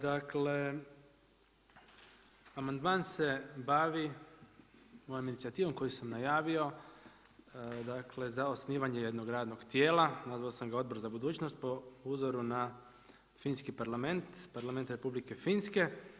Dakle amandman se bavi mojom inicijativom koju sam najavio za osnivanje jednog radnog tijela nazvao sam ga Odbor za budućnost, po uzoru na Finski parlament, Parlament Republike Finske.